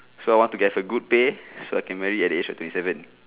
so I want to get a good pay so I can marry at the age of twenty seven